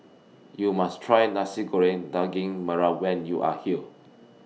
YOU must Try Nasi Goreng Daging Merah when YOU Are here